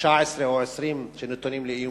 19 או 20 שנתונים לאיומים.